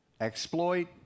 exploit